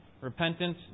Repentance